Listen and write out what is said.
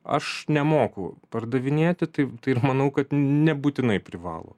aš nemoku pardavinėti taip tai ir manau kad nebūtinai privalo